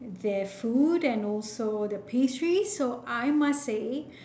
their food and also the pastries so I must say